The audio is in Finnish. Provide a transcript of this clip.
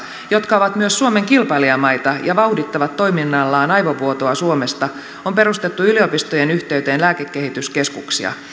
jotka ovat myös suomen kilpailijamaita ja vauhdittavat toiminnallaan aivovuotoa suomesta on perustettu yliopistojen yhteyteen lääkekehityskeskuksia